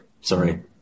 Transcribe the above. Sorry